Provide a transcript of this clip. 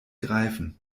greifen